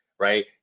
Right